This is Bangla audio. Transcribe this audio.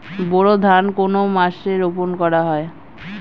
বোরো ধান কোন মাসে রোপণ করা হয়?